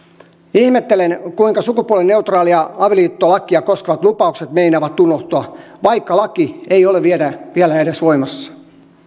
ihmettelen kuinka sukupuolineutraalia avioliittolakia koskevat lupaukset meinaavat unohtua vaikka laki ei ole vielä edes voimassa